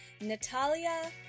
Natalia